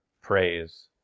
praise